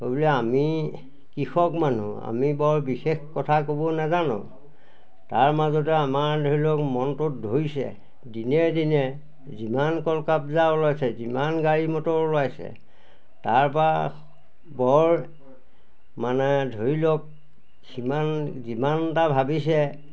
সেইবুলি আমি কৃষক মানুহ আমি বৰ বিশেষ কথা ক'ব নাজানো তাৰ মাজতে আমাৰ ধৰি লওক মনটোত ধৰিছে দিনে দিনে যিমান কলকাবজা ওলাইছে যিমান গাড়ী মটৰ ওলাইছে তাৰপা বৰ মানে ধৰি লওক সিমান যিমানটা ভাবিছে